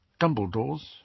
Dumbledore's